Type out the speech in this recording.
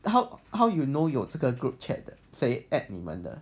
the how how you know 有这个 group chat 谁 add 你们的